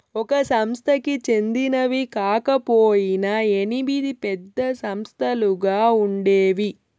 ఒక సంస్థకి చెందినవి కాకపొయినా ఎనిమిది పెద్ద సంస్థలుగా ఉండేవి